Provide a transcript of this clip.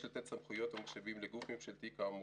יש לתת סמכויות ומשאבים לגוף הממשלתי כאמור,